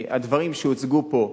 הדברים שהוצגו פה,